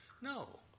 No